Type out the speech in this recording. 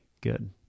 Good